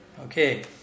Okay